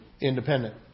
independent